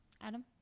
Adam